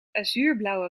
azuurblauwe